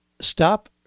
stop